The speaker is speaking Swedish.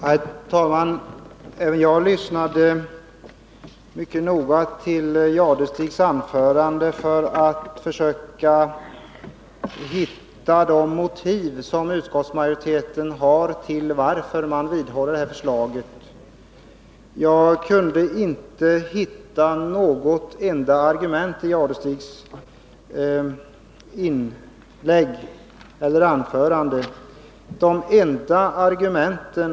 Herr talman! Även jag lyssnade mycket noga på Thure Jadestigs anförande för att försöka hitta utskottsmajoritetens motiv för att vidhålla sitt förslag. Jag kunde inte i Thure Jadestigs anförande finna något enda argument för att behålla reformen.